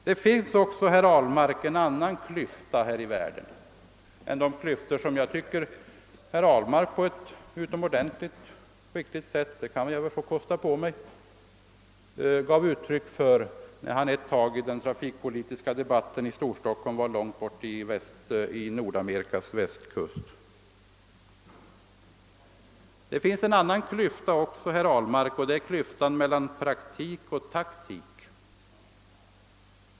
Det finns, herr Ahlmark, andra klyftor här i världen än de som herr Ahlmark så utomordentligt väl skildrade när han nyss i sitt tal var långt borta i Amerika, hur han nu klarar den kopplingen med trafikfrågor i Storstockholm. Den klyfta som jag syftar på är den mellan praktik och taktik.